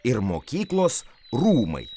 ir mokyklos rūmai